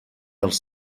els